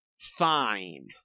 fine